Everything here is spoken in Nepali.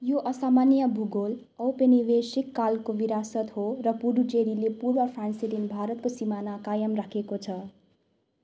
यो असामान्य भूगोल औपनिवेशिक कालको विरासत हो र पुडुचेरीले पूर्व फ्रान्सेली भारतको सिमाना कायम राखेको छ